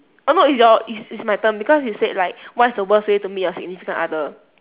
oh no it's your it's it's my turn because you said like what is the worst way to meet your significant other